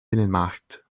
binnenmarkt